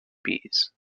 bees